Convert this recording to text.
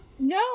No